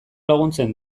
laguntzen